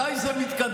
מתי זה מתקדם,